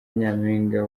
nyampinga